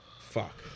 fuck